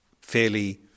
fairly